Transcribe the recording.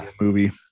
movie